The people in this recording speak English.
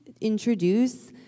introduce